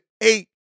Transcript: eight